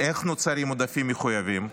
איך נוצרים עודפים מחויבים?